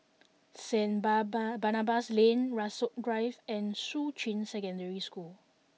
Saint bar bar Barnabas Lane Rasok Drive and Shuqun Secondary School